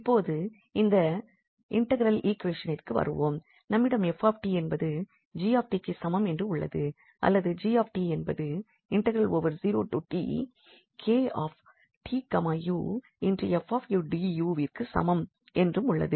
இப்பொழுது இந்த இன்டெக்ரல் ஈகுவேஷனிற்கு வருகிறோம் நம்மிடம் 𝑓𝑡 என்பது 𝑔𝑡க்கு சமம் என்று உள்ளது அல்லது 𝑔𝑡 என்பது விற்கு சமம் என்றும் உள்ளது